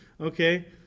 Okay